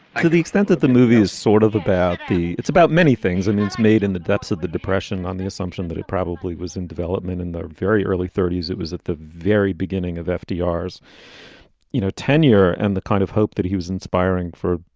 to the extent that the movie is sort of about the it's about many things and it's made in the depths of the depression on the assumption that it probably was in development in the very early thirty s. it was at the very beginning of of fdr, as you know, tenure and the kind of hope that he was inspiring for,